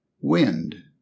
Wind